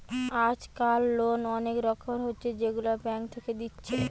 আজকাল লোন অনেক রকমের হচ্ছে যেগুলা ব্যাঙ্ক থেকে দিচ্ছে